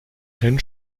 rem